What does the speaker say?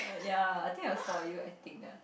ya I think I saw you I think ah